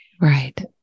Right